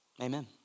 Amen